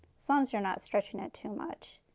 so long as you are not stretching it too much